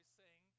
sing